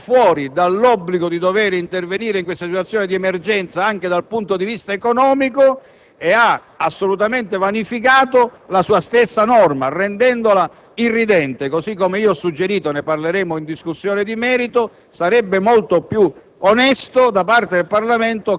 è evidente che il Governo si è voluto assolutamente tirare fuori dall'obbligo di dover intervenire in questa situazione di emergenza anche dal punto di vista economico e ha assolutamente vanificato la sua stessa norma, rendendola